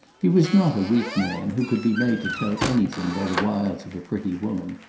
he was not a weak man, who could be made to tell anything by the wiles of a pretty woman.